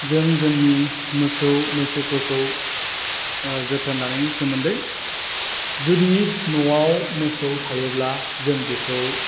जों जोंनि मोसौ मैसोफोरखौ जोथोन लानायनि सोमोन्दै जुदि न'आव मोसौ थायोब्ला जों बेखौ